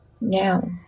Now